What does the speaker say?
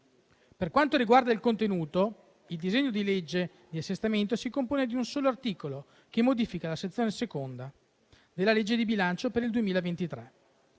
Per quanto riguarda il contenuto, il disegno di legge di assestamento si compone di un solo articolo, che modifica la sezione II della legge di bilancio per il 2023.